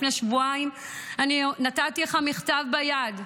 לפני שבועיים אני נתתי לך מכתב ביד,